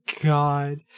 god